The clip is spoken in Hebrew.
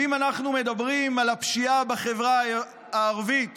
ואם אנחנו מדברים על הפשיעה בחברה הערבית